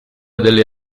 delle